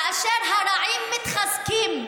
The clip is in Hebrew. כאשר הרעים מתחזקים,